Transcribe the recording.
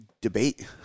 debate